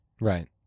right